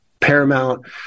paramount